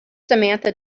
samantha